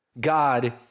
God